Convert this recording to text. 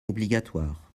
obligatoires